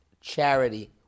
charity